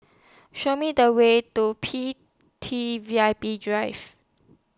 Show Me The Way to P T V I P Drive